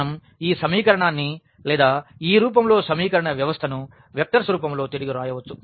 మనం ఈ సమీకరణాన్ని లేదా ఈ రూపంలో సమీకరణ వ్యవస్థను వెక్టర్స్ రూపంలో తిరిగి వ్రాయవచ్చు